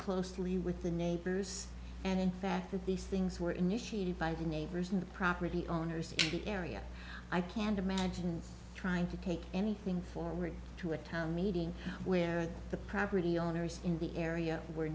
closely with the neighbors and in fact that these things were initiated by the neighbors in the property owners in the area i can't imagine trying to take anything forward to a town meeting where the property owners in the area were